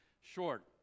short